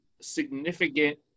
significant